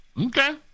okay